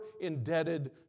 indebted